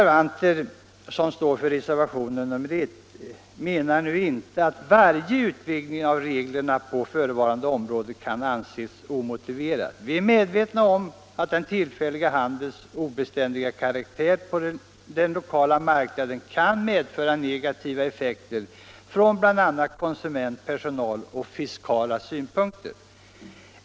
Vi reservanter menar nu inte att varje utvidgning av regleringen på förevarande område kan anses omotiverad. Vi är medvetna om att den tillfälliga handelns obeständiga karaktär på den lokala marknaden kan medföra negativa effekter från bl.a. konsumentoch personalsynpunkt samt från fiskala synpunkter.